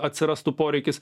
atsirastų poreikis